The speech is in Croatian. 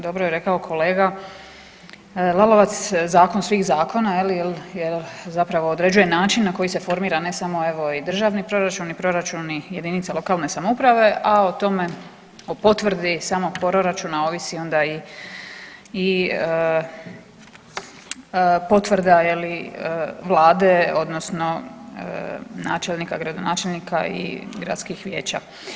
Dobro je rekao kolega Lalovac, zakon svih zakona je li jer zapravo određuje način na koji se formira ne samo evo i državni proračuni i proračuni jedinica lokalne samouprave, a o tome o potvrdi samo proračuna ovisi onda i, i potvrda je li vlade odnosno načelnika, gradonačelnika i gradskih vijeća.